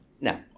Now